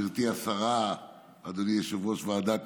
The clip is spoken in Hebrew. גברתי השרה, אדוני יושב-ראש ועדת